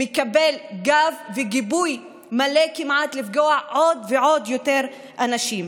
מקבל גב וגיבוי מלא כמעט לפגוע עוד ועוד יותר באנשים.